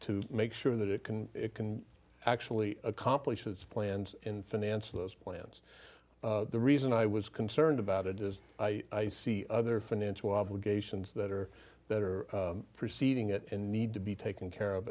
make sure that it can it can actually accomplish its plans in finance those plans the reason i was concerned about it is i see other financial obligations that are that are proceeding it need to be taken care of